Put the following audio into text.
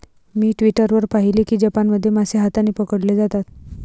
मी Twitter वर पाहिले की जपानमध्ये मासे हाताने पकडले जातात